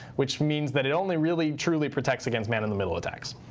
which means that it only really truly protects against man in the middle attacks.